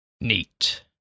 Neat